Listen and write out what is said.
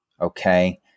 Okay